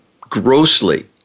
grossly